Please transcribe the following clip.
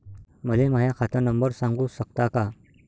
मले माह्या खात नंबर सांगु सकता का?